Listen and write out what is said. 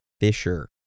Fisher